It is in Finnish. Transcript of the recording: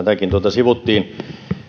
sivuttiin